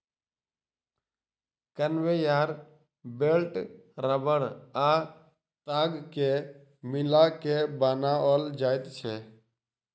conveyor belt रबड़ आ ताग के मिला के बनाओल जाइत छै